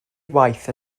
waith